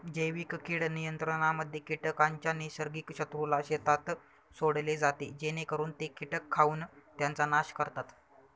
जैविक कीड नियंत्रणामध्ये कीटकांच्या नैसर्गिक शत्रूला शेतात सोडले जाते जेणेकरून ते कीटक खाऊन त्यांचा नाश करतात